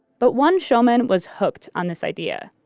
but one showman was hooked on this idea.